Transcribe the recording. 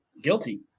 guilty